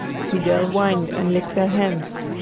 fidel whined and licked their hands,